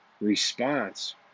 response